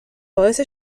باعث